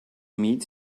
meet